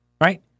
right